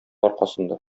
аркасында